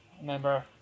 Remember